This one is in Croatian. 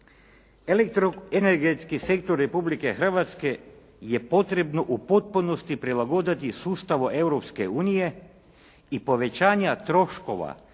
"Elektroenergetski sektor Republike Hrvatske je potrebno u potpunosti prilagoditi sustavu Europske unije i povećanja troškova